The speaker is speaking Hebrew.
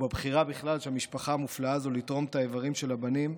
ובבחירה בכלל של המשפחה המופלאה הזאת לתרום את האיברים של הבנים,